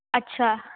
अछा